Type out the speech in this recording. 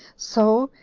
so,